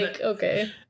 okay